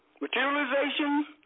materialization